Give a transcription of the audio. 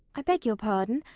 i beg your pardon.